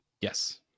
Yes